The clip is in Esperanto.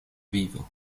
vivo